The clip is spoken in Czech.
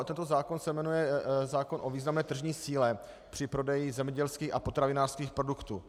Tento zákon se jmenuje zákon o významné tržní síle při prodeji zemědělských a potravinářských produktů.